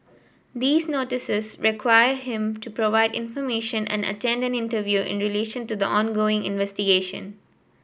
these Notices require him to provide information and attend an interview in relation to the ongoing investigation